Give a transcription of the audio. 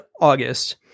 August –